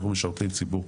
אנחנו משרתים ציבור.